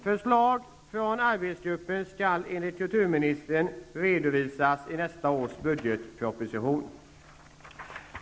Förslag från arbetsgruppen skall enligt kulturministern redovisas i nästa års budgetproposition.